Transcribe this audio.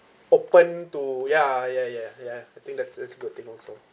open to ya ya ya ya I think that's it's good thing also